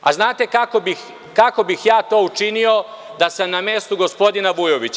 Znate kako bih ja to učinio da sam na mestu gospodina Vujovića?